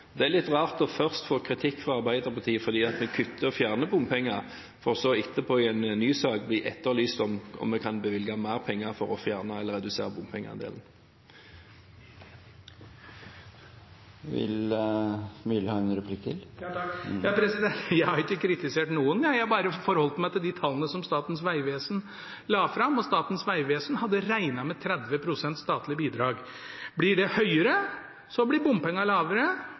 Det er litt rart først å få kritikk fra Arbeiderpartiet fordi vi kutter og fjerner bompenger, og så etterpå, i en ny sak, blir det etterlyst om vi kan bevilge mer penger for å fjerne eller redusere bompengeandelen. Jeg har ikke kritisert noen, jeg har bare forholdt meg til de tallene som Statens vegvesen la fram, og Statens vegvesen hadde regnet med 30 pst. statlig bidrag. Blir det høyere, blir bompengeandelen lavere. Blir det lavere,